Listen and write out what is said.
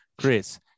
Chris